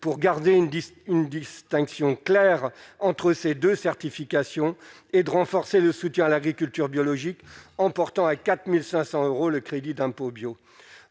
pour garder une une distinction claire entre ces 2 certifications et de renforcer le soutien à l'agriculture biologique en portant à 4500 euros le crédit d'impôt bio,